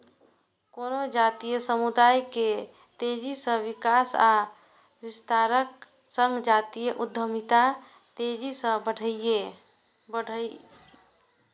कोनो जातीय समुदाय के तेजी सं विकास आ विस्तारक संग जातीय उद्यमिता तेजी सं बढ़लैए